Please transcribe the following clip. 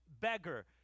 beggar